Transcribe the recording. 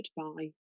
goodbye